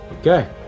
Okay